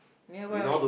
nearby only